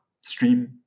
stream